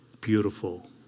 beautiful